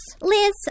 Liz